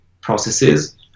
processes